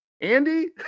Andy